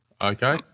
Okay